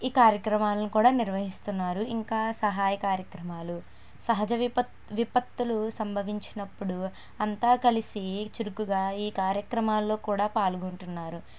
ఈ కార్యక్రమాలను కూడా నిర్వహిస్తున్నారు ఇంకా సహాయ కార్యక్రమాలు సహజ విపత్ విపత్తులు సంభవించినప్పుడు అంతా కలిసి చురుకుగా ఈ కార్యక్రమాలలోకూడా పాల్గొంటున్నారు